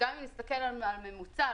אם מסתכלים על הממוצע,